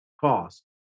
cost